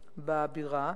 בבירה.